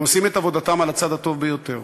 הם עושים את עבודתם על הצד הטוב ביותר,